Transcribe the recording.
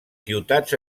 ciutats